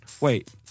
Wait